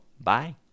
Bye